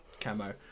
camo